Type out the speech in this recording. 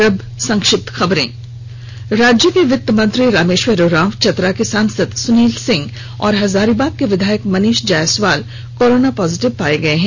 और अब संक्षिप्त खबरें राज्य के वित्त मंत्री रामेश्वर उरांव चतरा के सांसद सुनील सिंह और हजारीबाग के विधायक मनीष जायसवाल कोरोना पॉजिटिव पाए गए हैं